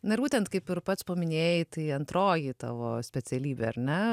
na ir būtent kaip ir pats paminėjai tai antroji tavo specialybė ar ne